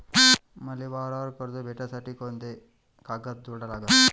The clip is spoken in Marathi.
मले वावरावर कर्ज भेटासाठी कोंते कागद जोडा लागन?